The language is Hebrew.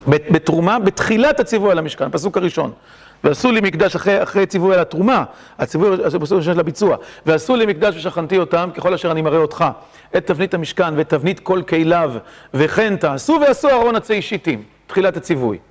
בתרומה, בתחילת הציווי על המשכן. פסוק הראשון. ועשו לי מקדש אחרי ציווי והתרומה. הציווי הוא פסוק ראשון של הביצוע. ועשו לי מקדש ושכנתי אותם, ככל אשר אני מראה אותך, את תבנית המשכן ואת תבנית כל כליו, וכן תעשו ועשו ארון עצי השיטים תחילת הציווי.